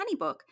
HoneyBook